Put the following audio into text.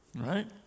right